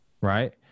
right